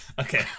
Okay